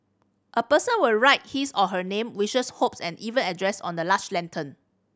a person will write his or her name wishes hopes and even address on the large lantern